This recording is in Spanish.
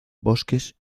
bosques